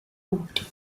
route